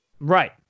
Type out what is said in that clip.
Right